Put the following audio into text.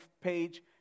page